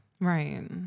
Right